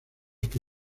que